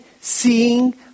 seeing